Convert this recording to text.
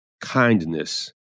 Kindness